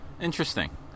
Interesting